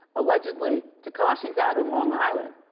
allegedly, tekashi's out in long island,